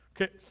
Okay